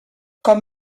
com